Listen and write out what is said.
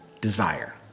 desire